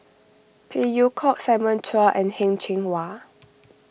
Phey Yew Kok Simon Chua and Heng Cheng Hwa